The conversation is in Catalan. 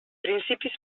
principis